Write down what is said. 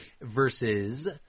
versus